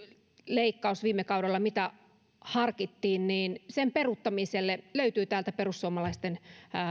leikkaus mitä harkittiin peruttiiin löytyy täältä perussuomalaisten